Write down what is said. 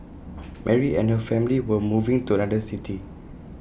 Mary and her family were moving to another city